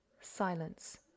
Silence